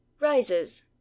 rises